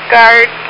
Guard